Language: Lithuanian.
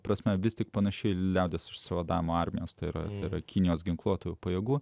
prasme vis tik panašiai liaudies išsivadavimo armijos tai yra ir kinijos ginkluotųjų pajėgų